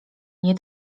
nie